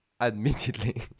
Admittedly